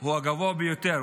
הוא הגבוה ביותר,